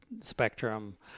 spectrum